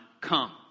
Come